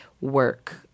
work